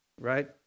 right